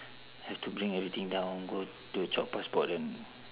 have to bring everything down go to chop passport then